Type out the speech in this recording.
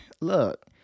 look